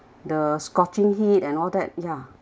the scorching heat and all that yeah